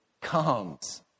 comes